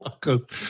Good